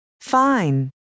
Fine